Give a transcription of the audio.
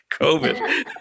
COVID